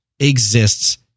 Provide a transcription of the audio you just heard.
exists